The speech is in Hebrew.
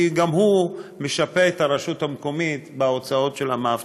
כי גם הוא משפה את הרשות המקומית בהוצאות של המאבטחים,